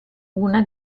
una